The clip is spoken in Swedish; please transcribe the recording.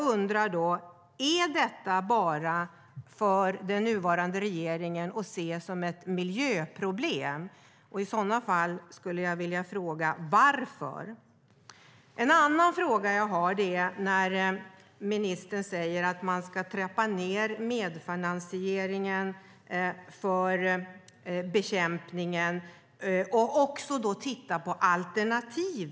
Ser den nuvarande regeringen detta bara som ett miljöproblem? Varför i sådana fall? Ministern säger att man ska trappa ned medfinansieringen för bekämpningen och titta på alternativ.